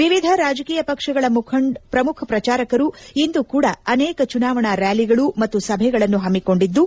ವಿವಿಧ ರಾಜಕೀಯ ಪಕ್ಷಗಳ ಪ್ರಮುಖ ಪ್ರಚಾರಕರು ಇಂದೂ ಕೂಡಾ ಅನೇಕ ಚುನಾವಣಾ ರ್ಡಾಲಿಗಳು ಮತ್ತು ಸಭೆಗಳನ್ನು ಹಮ್ಮಿಕೊಂಡಿದ್ದು